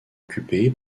occupé